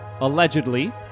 allegedly